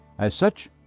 as such,